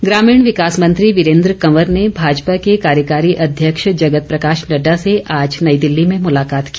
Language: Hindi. मुलाकात ग्रामीण विकास मंत्री वीरेन्द्र कंवर ने भाजपा के कार्यकारी अध्यक्ष जगत प्रकाश नड्डा से आज नई दिल्ली में मुलाकात की